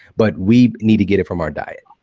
but we need to get it from our diet.